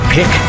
Pick